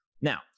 Now